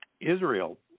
Israel